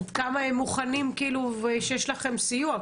עד כמה הם מוכנים ויש לכם סיוע,